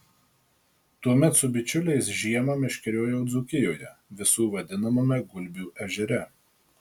tuomet su bičiuliais žiemą meškeriojau dzūkijoje visų vadinamame gulbių ežere